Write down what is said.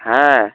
হ্যাঁ